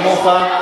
כמוך,